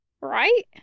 Right